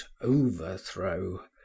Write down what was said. overthrow